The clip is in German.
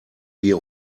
wir